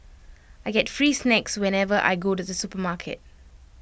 I get free snacks whenever I go to the supermarket